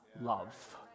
love